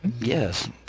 Yes